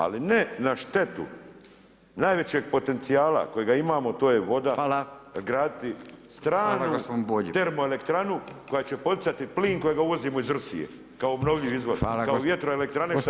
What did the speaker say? Ali ne na štetu najvećeg potencijala kojega imamo to je voda graditi stranu termoelektranu koja će poticati plin kojega uvozimo iz Rusije kao obnovljivi izvor, kao vjetroelektrane šta